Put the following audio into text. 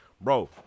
bro